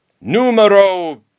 Numero